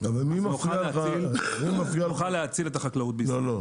אנחנו נוכל להציל את החקלאות בישראל.